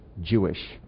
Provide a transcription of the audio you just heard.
Jewish